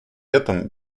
этом